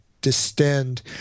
distend